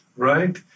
right